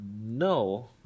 no